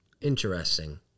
Interesting